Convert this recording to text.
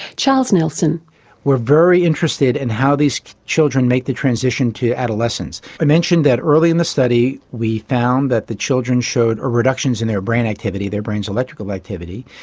charles nelson very interested in how these children make the transition to adolescence. i mentioned that early in the study we found that the children showed reductions in their brain activity, their brains' electrical activity.